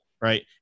right